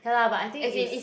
K lah but I think is